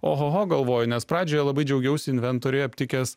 ohoho galvoju nes pradžioje labai džiaugiausi inventoriuje aptikęs